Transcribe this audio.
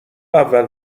اول